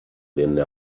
venne